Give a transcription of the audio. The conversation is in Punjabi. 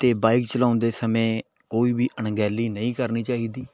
ਅਤੇ ਬਾਈਕ ਚਲਾਉਂਦੇ ਸਮੇਂ ਕੋਈ ਵੀ ਅਣਗਹਿਲੀ ਨਹੀਂ ਕਰਨੀ ਚਾਹੀਦੀ